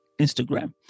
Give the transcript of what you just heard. instagram